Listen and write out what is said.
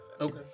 Okay